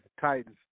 Titans